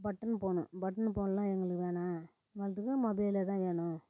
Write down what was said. button போன்னு பட்டன்னு phone எல்லாம் எங்களுக்கு வேணாம் மொபைலே தான் வேணும்